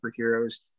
superheroes